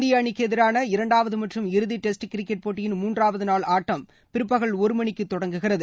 இந்திய அணிக்கு எதிரான இரண்டாவது மற்றும் இறுதி டெஸ்ட் கிரிக்கெட் போட்டியின் மூன்றாவது நாள் ஆட்டம் பிற்பகல் ஒருமணிக்கு தொடங்குகிறது